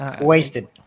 Wasted